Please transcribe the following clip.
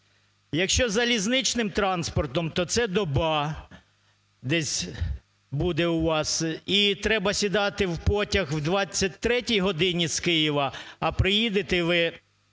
Якщо залізничним транспортом, то це доба десь буде у вас, і треба сідати в потяг о 23-й годині з Києва, а приїдете ви